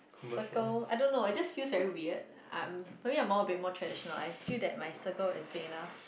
circle I don't know it just feels very weird um maybe I'm a bit more traditional I feel like my circle is big enough